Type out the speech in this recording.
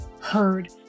heard